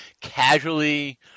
casually